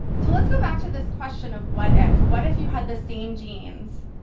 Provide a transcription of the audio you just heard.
so, let's go back to this question of, what if? what if you had the same genes,